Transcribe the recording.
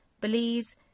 Belize